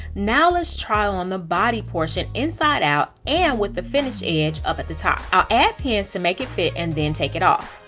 now let's try on the body portion inside out and with the finished edge up at the top. i'll add pins to make it fit and then take it off.